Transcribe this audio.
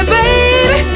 baby